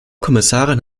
kommissarin